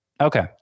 Okay